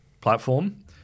platform